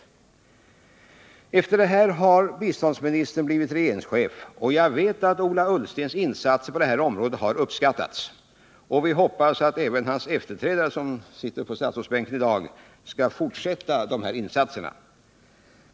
Sedan detta hänt har biståndsministern blivit regeringschef. Jag vet att Ola Ullstens insatser på detta område har uppskattats, och vi hoppas att även hans efterträdare — som sitter på statsrådsbänken i dag — skall fortsätta på denna väg.